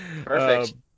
Perfect